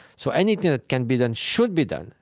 so anything that can be done should be done,